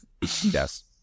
Yes